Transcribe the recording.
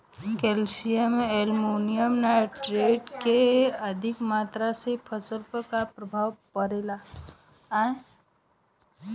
Calcium ammonium nitrate के अधिक मात्रा से फसल पर का प्रभाव परेला?